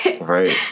Right